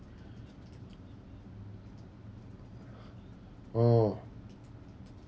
oh